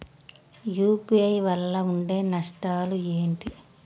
UPI వల్ల ఉండే నష్టాలు ఏంటి??